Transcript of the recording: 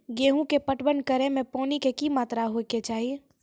गेहूँ के पटवन करै मे पानी के कि मात्रा होय केचाही?